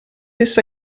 this